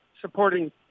supporting